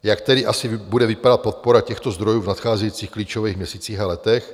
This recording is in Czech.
Jak tedy asi bude vypadat podpora těchto zdrojů v nadcházejících klíčových měsících a letech?